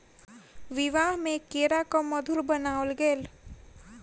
विवाह में केराक मधुर बनाओल गेल